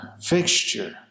fixture